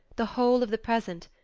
the whole of the present,